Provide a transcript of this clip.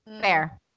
Fair